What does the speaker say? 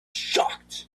shocked